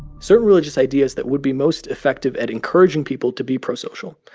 certain religious ideas that would be most effective at encouraging people to be prosocial,